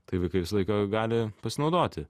tai vaikai visą laiką gali pasinaudoti